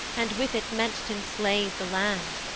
and with it meant t' enslave the land.